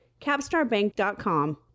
CapstarBank.com